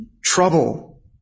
trouble